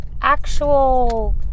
actual